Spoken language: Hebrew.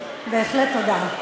בהחלט תודה,